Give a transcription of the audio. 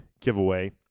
giveaway